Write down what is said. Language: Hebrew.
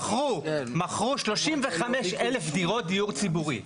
מכרו 35,000 דירות דיור ציבורי,